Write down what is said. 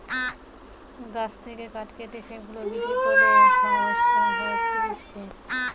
গাছ থেকে কাঠ কেটে সেগুলা বিক্রি করে যে ব্যবসা হতিছে